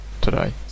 today